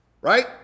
right